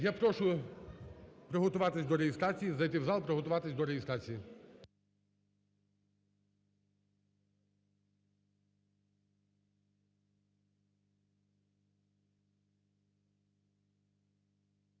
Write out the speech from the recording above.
Я прошу приготуватись до реєстрації, зайти в зал, приготуватись до реєстрації.